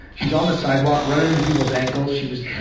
she's on the sidewalk running into people's ankles, she was